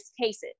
cases